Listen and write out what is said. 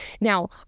Now